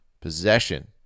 Possession